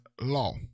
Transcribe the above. law